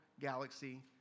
galaxy